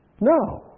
No